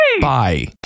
Bye